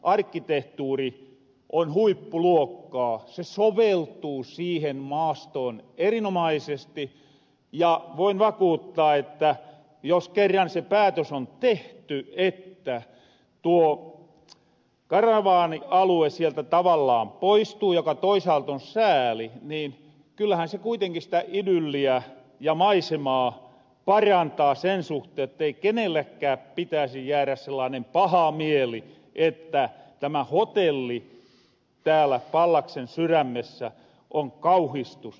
arkkitehtuuri on huippuluokkaa se soveltuu siihen maastoon erinomaisesti ja voin vakuuttaa että jos kerran se päätös on tehty että tuo karavaanialue sieltä tavallaan poistuu mikä toisaalt on sääli niin kyllähän se kuitenki sitä idylliä ja maisemaa parantaa sen suhteen jottei kenellekkää pitäisi jäädä sellaanen paha mieli että tämä hotelli täällä pallaksen syrämessä on kauhistus